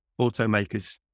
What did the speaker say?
automakers